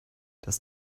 dass